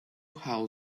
how